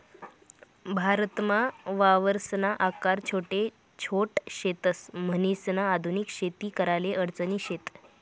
भारतमा वावरसना आकार छोटा छोट शेतस, म्हणीसन आधुनिक शेती कराले अडचणी शेत